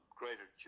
greater